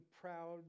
proud